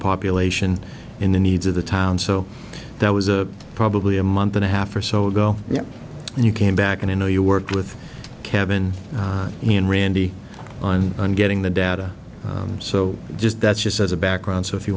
population in the needs of the town so that was a probably a month and a half or so ago and you came back and i know you worked with kevin on me and randy on on getting the data so just that's just as a background so if you